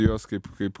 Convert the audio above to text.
jos kaip kaip